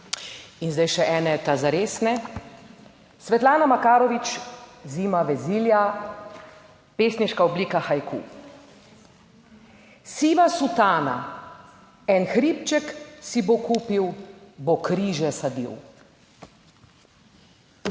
In zdaj še ene, zaresne. Svetlana Makarovič, Zima, Vezilja, Pesniška oblika Haiku: "Siva sutana, en hribček si bo kupil, bo križe sadil."